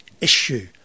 issue